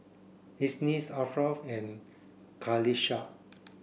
Isnin Ashraff and Qalisha